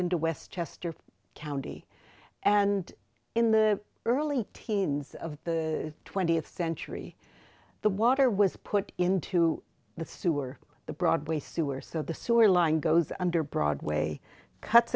into westchester county and in the early teens of the twentieth century the water was put into the sewer the broadway sewer so the sewer line goes under broadway cuts